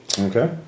Okay